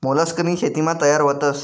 मोलस्कनी शेतीमा तयार व्हतस